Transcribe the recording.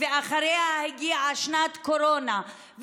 ואחריה הגיעה שנת קורונה,